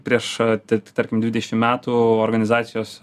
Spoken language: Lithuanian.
prieš tar tarkim dvidešimt metų organizacijos